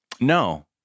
No